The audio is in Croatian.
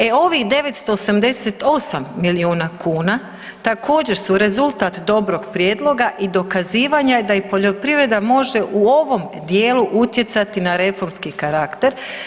E ovih 988 milijuna kuna također su rezultat dobrog prijedloga i dokazivanja da i poljoprivreda može u ovom dijelu utjecati na reformski karakter.